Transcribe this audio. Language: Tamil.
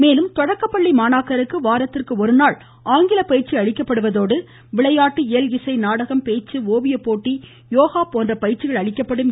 மேலும் தொடக்கப்பள்ளி மாணாக்கருக்கு வாரத்திற்கு ஒருநாள் ஆங்கிலப் பயிற்சி அளிக்கப்படுவதோடு விளையாட்டு இயல் இசை நாடகம் பேச்சு ஓவியம் போட்டி யோகா போன்ற பயிற்சிகள் அளிக்கப்படும் என்றார்